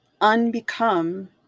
unbecome